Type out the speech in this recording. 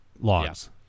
logs